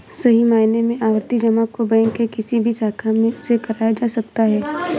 सही मायनों में आवर्ती जमा को बैंक के किसी भी शाखा से कराया जा सकता है